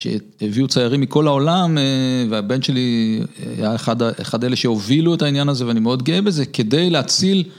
שהביאו ציירים מכל העולם והבן שלי היה אחד אלה שהובילו את העניין הזה ואני מאוד גאה בזה כדי להציל